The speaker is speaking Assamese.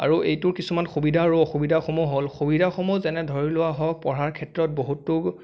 আৰু এইটোৰ কিছুমান সুবিধা আৰু অসুবিধাসমূহ হ'ল সুবিধাসমূহ যেনে ধৰি লোৱা হওক পঢ়াৰ ক্ষেত্ৰত বহুতো